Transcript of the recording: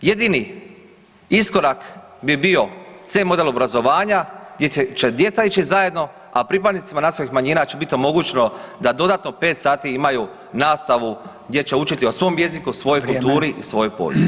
Jedini iskorak bi bio C model obrazovanja gdje će djeca ići zajedno, a pripadnicima nacionalnih manjina će bit omogućeno da dodatno 5 sati imaju nastavu gdje će učiti o svom jeziku, o svojoj kulturi i svojoj povijesti.